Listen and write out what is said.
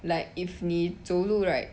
like if 你走路 right